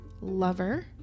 Lover